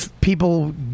people